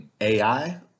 AI